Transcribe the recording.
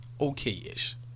okay-ish